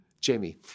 Jamie